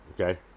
okay